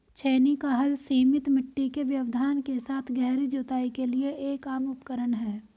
छेनी का हल सीमित मिट्टी के व्यवधान के साथ गहरी जुताई के लिए एक आम उपकरण है